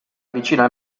vicina